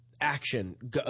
action